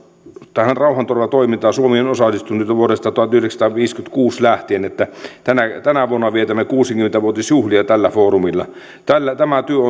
tähän rauhanturvatoimintaan suomi on osallistunut jo vuodesta tuhatyhdeksänsataaviisikymmentäkuusi lähtien eli tänä vuonna vietämme kuusikymmentä vuotisjuhlia tällä foorumilla tämä työ